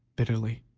bitterly.